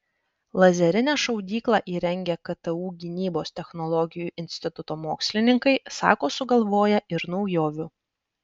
lazerinę šaudyklą įrengę ktu gynybos technologijų instituto mokslininkai sako sugalvoję ir naujovių